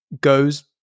goes